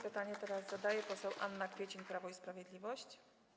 Pytanie teraz zadaje poseł Anna Kwiecień, Prawo i Sprawiedliwość.